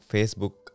Facebook